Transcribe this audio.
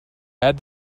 add